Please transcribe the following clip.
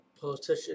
politician